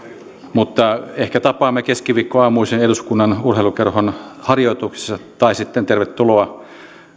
mutta ehkä tapaamme keskiviikkoaamuisin eduskunnan urheilukerhon harjoituksissa tai sitten tervetuloa